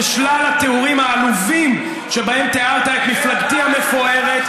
ושלל התיאורים העלובים שבהם תיארת את מפלגתי המפוארת.